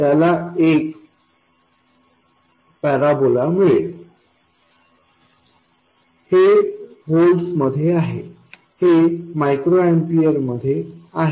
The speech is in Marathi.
त्याला एक पॅराबोला मिळेल हे व्होल्ट्स मध्ये आहे हे मायक्रो एम्पीयर मध्ये आहे